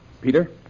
Peter